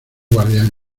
guardián